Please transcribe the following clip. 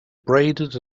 abraded